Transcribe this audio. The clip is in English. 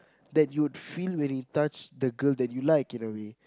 that you'd feel when you touch the girl that you like in a way